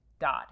God